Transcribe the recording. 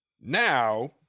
Now